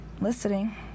listening